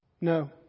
No